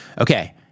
okay